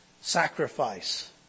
sacrifice